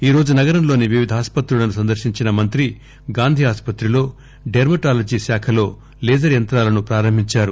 ఈరోజు నగరంలోని వివిధ ఆసుపత్రులను సందర్పించిన మంత్రి గాంధీ ఆసుపత్రిలో డెర్మటాలజీ శాఖలో లేజర్ యంత్రాలను ప్రారంభించారు